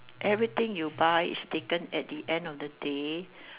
everything you buy is taken at the end of the day